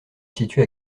situe